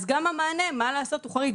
אז גם המענה, מה לעשות, הוא חריג.